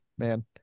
man